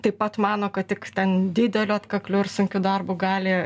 taip pat mano kad tik ten dideliu atkakliu ir sunkiu darbu gali